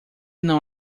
não